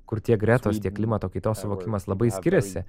kur tiek gretos tiek klimato kaitos suvokimas labai skiriasi